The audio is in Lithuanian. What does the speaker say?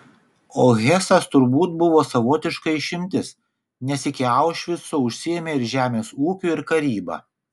o hesas turbūt buvo savotiška išimtis nes iki aušvico užsiėmė ir žemės ūkiu ir karyba